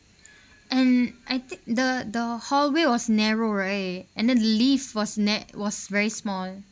and I thin~ the the hallway was narrow right and then lift was na~ was very small